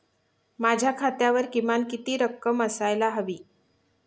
माझ्या खात्यावर किमान किती रक्कम असायला हवी?